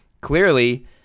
Clearly